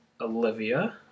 Olivia